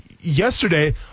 yesterday